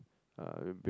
uh we'll be